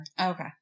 Okay